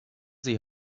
see